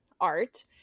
art